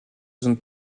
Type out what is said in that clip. zone